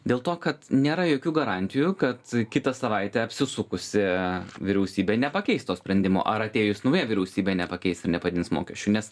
dėl to kad nėra jokių garantijų kad kitą savaitę apsisukusi vyriausybė nepakeis to sprendimo ar atėjus nauja vyriausybė nepakeis ir nepadidins mokesčių nes